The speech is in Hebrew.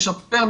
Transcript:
משפר,